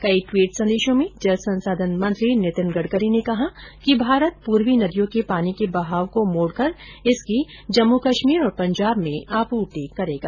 कई ट्वीट संदेशों में जल संसाधन मंत्री नितिन गड़करी ने कहा कि भारत पूर्वी नदियों के पानी के बहाव को मोड़कर इसकी जम्मु कश्मीर और पंजाब में आपूर्ति करेगा